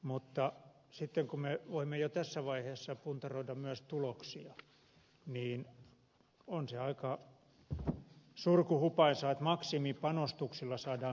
mutta kun me voimme jo tässä vaiheessa puntaroida myös tuloksia niin on se aika surkuhupaisaa että maksimipanostuksilla saadaan minimitulokset